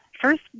first